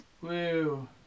Woo